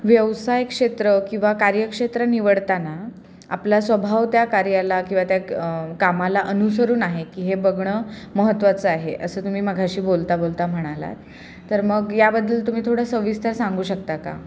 व्यवसाय क्षेत्र किंवा कार्यक्षेत्र निवडताना आपला स्वभाव त्या कार्याला किंवा त्या कामाला अनुसरून आहे की हे बघणं महत्त्वाचं आहे असं तुम्ही माघाशी बोलता बोलता म्हणालात तर मग याबद्दल तुम्ही थोडं सविस्तर सांगू शकता का